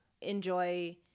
enjoy